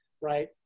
right